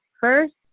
first